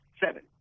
Seven